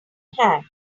hang